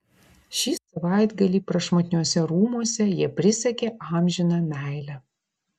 šį savaitgalį prašmatniuose rūmuose jie prisiekė amžiną meilę